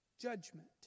judgment